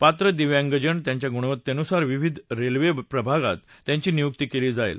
पात्र दिव्यांगजन त्याच्या गुणवत्तेनुसार विविध रेल्वे प्रभागात त्यांची नियुक्ती केली जाईल